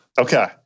Okay